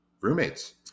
roommates